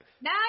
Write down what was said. Now